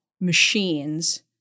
machines